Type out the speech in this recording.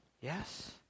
Yes